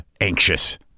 anxious